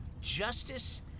justice